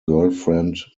girlfriend